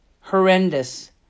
horrendous